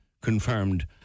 confirmed